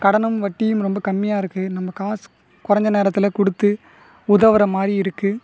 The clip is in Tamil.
கடனும் வட்டியும் ரொம்ப கம்மியாக இருக்குது நம்ம காசு கொறைஞ்ச நேரத்தில் கொடுத்து உதவுற மாதிரி இருக்குது